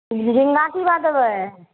झिं झीङ्गा की भाव देबय